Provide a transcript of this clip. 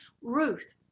Ruth